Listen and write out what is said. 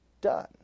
done